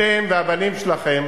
אתם והבנים שלכם